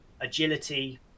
agility